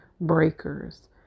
breakers